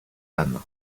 lame